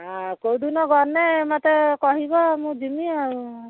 ଆ କେଉଁ ଦିନ ଗନେ ମତେ କହିବ ମୁଁ ଯିମି ଆଉ